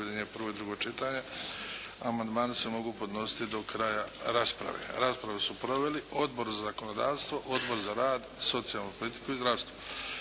prvo i drugo čitanje. Amandmani se mogu podnositi do kraja rasprave. Raspravu su proveli Odbor za zakonodavstvo, Odbor za rad, socijalnu politiku i zdravstvo.